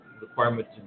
requirement